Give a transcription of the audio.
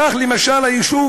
כך, למשל, היישוב